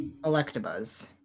Electabuzz